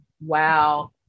Wow